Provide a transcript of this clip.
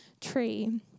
tree